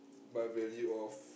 my value of